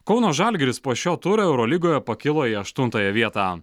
kauno žalgiris po šio turo eurolygoje pakilo į aštuntąją vietą